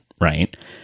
right